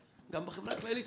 גם זה התפתח בחברה הכללית.